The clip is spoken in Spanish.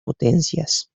potencias